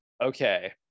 Okay